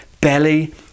Belly